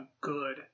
good